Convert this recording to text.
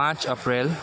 पाँच अप्रेल